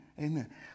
Amen